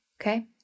Okay